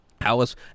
Alice